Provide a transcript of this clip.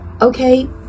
Okay